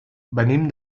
venim